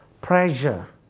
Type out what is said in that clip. pressure